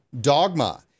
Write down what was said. dogma